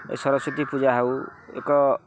ସରସ୍ଵତୀ ପୂଜା ହଉ ଏକ